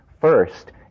first